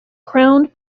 crowned